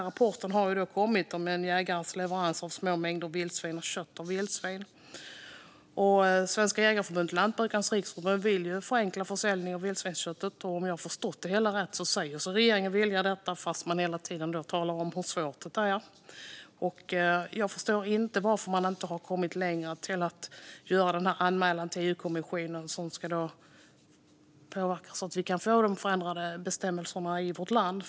Rapporten En jägares leveranser av små mängder vildsvin och kött av vildsvin har ju kommit, och Svenska Jägareförbundet och Lantbrukarnas Riksförbund vill förenkla försäljning av vildsvinskött. Om jag förstått det hela rätt vill även regeringen det fast man hela tiden talar om hur svårt det är. Jag förstår inte varför man inte kommit längre med att göra anmälan till EU-kommissionen som ska påverka så att vi kan få ändrade bestämmelser för vårt land.